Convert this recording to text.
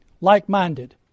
like-minded